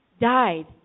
died